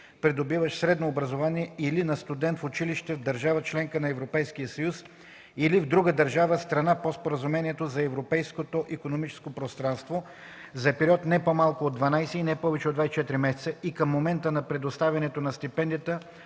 придобиващ средно образование или на студент в училище в държава – членка на Европейския съюз, или в друга държава-страна по Споразумението за Европейското икономическо пространство, за период не по-малко от 12 и не повече от 24 месеца и към момента на предоставянето на стипендията